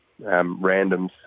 randoms